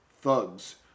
thugs